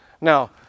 Now